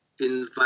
invite